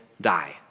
die